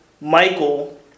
Michael